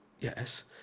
Yes